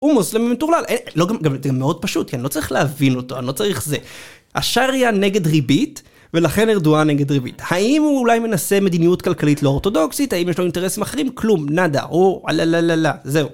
הוא מוסלמי מטורלל, לא גם, זה מאוד פשוט כי אני לא צריך להבין אותו, אני לא צריך זה. אשריה נגד ריבית, ולכן ארדואה נגד ריבית. האם הוא אולי מנסה מדיניות כלכלית לא אורתודוקסית? האם יש לו אינטרס מחרים? כלום. נדה. או, אללהללהללה. זהו.